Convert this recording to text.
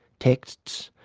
texts,